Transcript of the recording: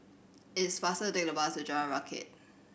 it is faster take the bus to Jalan Rakit